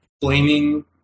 blaming